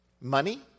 money